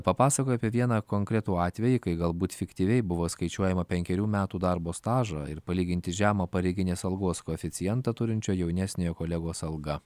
papasakojo apie vieną konkretų atvejį kai galbūt fiktyviai buvo skaičiuojama penkerių metų darbo stažą ir palyginti žemą pareiginės algos koeficientą turinčio jaunesniojo kolegos alga